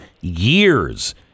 years